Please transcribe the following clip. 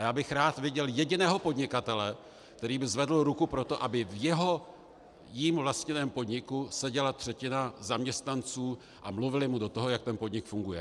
Já bych rád viděl jediného podnikatele, který by zvedl ruku pro to, aby v jeho, jím vlastněném podniku seděla třetina zaměstnanců a mluvili mu do toho, jak ten podnik funguje.